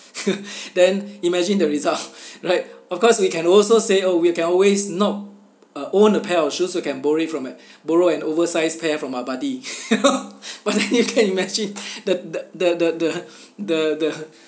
then imagine the result right of course we can also say oh we can always not uh own a pair of shoes you can borrow it from an borrow an over sized pair from our buddy you know but then you can imagine the the the the the the the